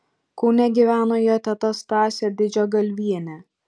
kaune gyveno jo teta stasė didžgalvienė